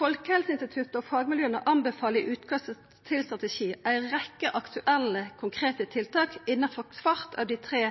Folkehelseinstituttet og fagmiljøa anbefaler i utkast til strategi ei rekkje aktuelle, konkrete tiltak innanfor kvart av dei tre